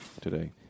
today